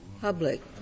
public